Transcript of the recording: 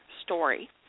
story